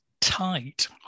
tight